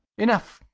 enough,